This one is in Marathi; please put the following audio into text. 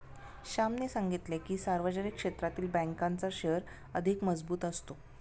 श्यामने सांगितले की, सार्वजनिक क्षेत्रातील बँकांचा शेअर अधिक मजबूत असतो